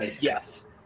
Yes